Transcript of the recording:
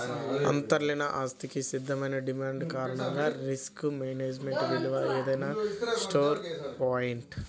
అంతర్లీన ఆస్తికి స్థిరమైన డిమాండ్ కారణంగా రిస్క్ మేనేజ్మెంట్ విలువ ఏదైనా స్టోర్ పాయింట్